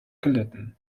gelitten